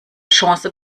chance